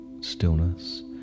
stillness